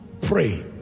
Pray